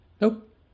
Nope